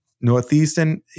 Northeastern –